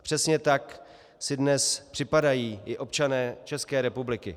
Přesně tak si dnes připadají i občané České republiky.